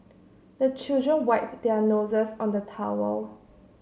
the children wipe their noses on the towel